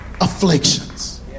afflictions